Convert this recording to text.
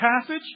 passage